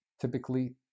Typically